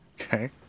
Okay